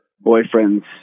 boyfriend's